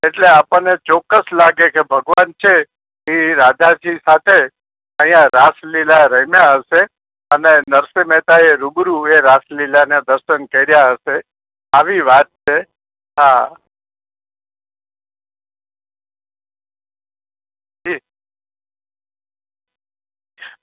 એટલે આપણને ચોક્કસ લાગે કે ભગવાન છે એ રાધાજી સાથે અહીંયા રાસલીલા રમ્યા હશે અને નરસિંહ મહેતા એ રૂબરૂ એ રાસલીલાને દર્શન કર્યા હશે આવી વાત છે હા